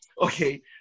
Okay